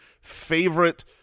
favorite